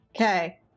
Okay